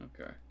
okay